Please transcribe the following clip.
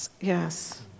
Yes